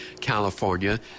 California